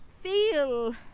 feel